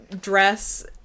dress